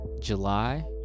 july